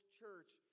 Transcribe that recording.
church